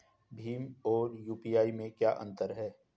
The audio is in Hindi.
भीम और यू.पी.आई में क्या अंतर है?